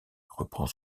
reprend